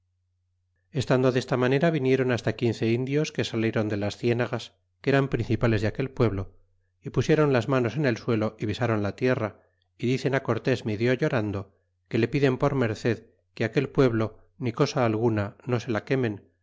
estando desta manera vinieron hasta quince indios que salieron de las cienagas que eran principales de aquel pueblo y pusieron las manos en el suelo y besron la tierra y dicen cortés medio llorando que le piden por merced que aquel pueblo ni cosa alguna no se la quemen